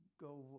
go